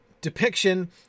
depiction